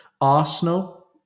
Arsenal